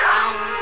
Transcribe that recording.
Come